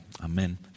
amen